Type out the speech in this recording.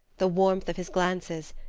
the warmth of his glances,